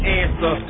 answer